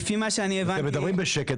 אתם מדברים בשקט.